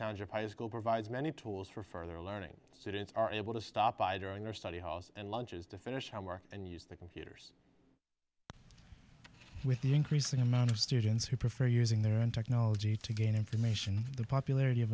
township high school provides many tools for further learning students are able to stop by during their study halls and lunches to finish how are and use the computers with the increasing amount of students who prefer using their own technology to gain information the popularity of